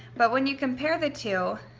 but when you compare the two,